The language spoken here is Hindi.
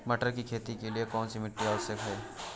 मटर की खेती के लिए कौन सी मिट्टी आवश्यक है?